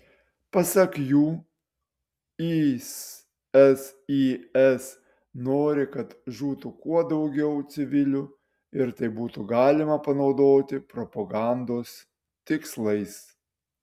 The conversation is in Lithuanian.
pasak jų isis nori kad žūtų kuo daugiau civilių ir tai būtų galima panaudoti propagandos tikslais